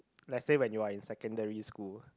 let's say when you're in secondary school